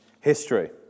history